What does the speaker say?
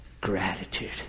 gratitude